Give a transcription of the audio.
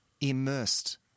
immersed